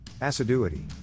Assiduity